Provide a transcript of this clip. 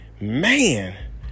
Man